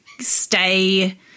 stay